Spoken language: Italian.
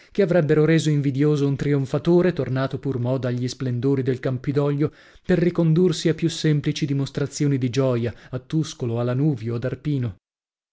che avrebbero reso invidioso un trionfatore tornato pur mo dagli splendori del campidoglio per ricondursi a più semplici dimostrazioni di gioia a tuscolo a lanuvio ad arpino